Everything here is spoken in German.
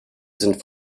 sind